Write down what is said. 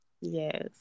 Yes